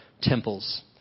temples